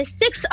six